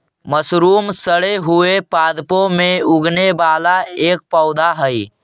mushroom सड़े हुए पादपों में उगने वाला एक पौधा हई